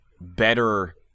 better